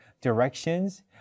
directions